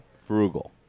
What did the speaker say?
Frugal